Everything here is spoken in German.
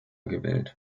gewählt